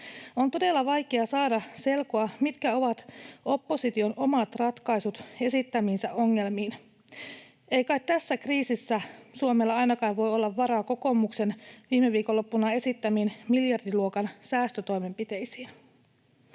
On todella vaikea saada selkoa, mitkä ovat opposition omat ratkaisut esittämiinsä ongelmiin. Ei kai tässä kriisissä Suomella voi olla varaa ainakaan kokoomuksen viime viikonloppuna esittämiin miljardiluokan säästötoimenpiteisiin?